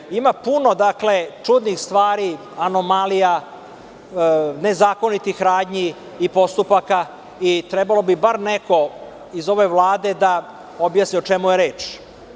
Dakle, ima puno čudnih stvari, anomalija, nezakonitih radnji i postupaka i trebalo bi bar neko iz ove Vlade da objasni o čemu je reč.